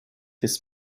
his